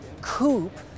coupe